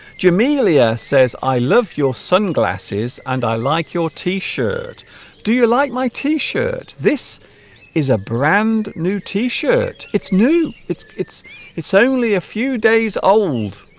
jamelia says i love your sunglasses and i like your t-shirt do you like my t-shirt this is a brand new t-shirt it's new it's it's it's only a few days old